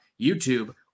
YouTube